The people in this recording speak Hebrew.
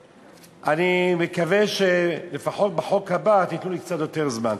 ואני מקווה שלפחות בחוק הבא תיתנו לי קצת יותר זמן.